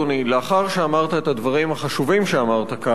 לאחר שאמרת את הדברים החשובים שאמרת כאן,